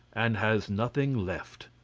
and has nothing left,